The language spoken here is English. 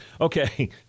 Okay